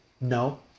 No